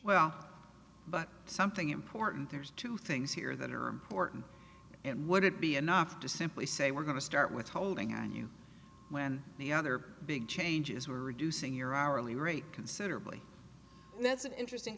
well but something important there's two things here that are important and would it be enough to simply say we're going to start with holding on you when the other big changes are reducing your hourly rate considerably and that's an interesting